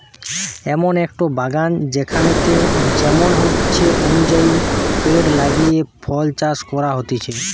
এমন একটো বাগান যেখানেতে যেমন ইচ্ছে অনুযায়ী পেড় লাগিয়ে ফল চাষ করা হতিছে